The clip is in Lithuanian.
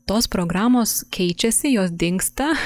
tos programos keičiasi jos dingsta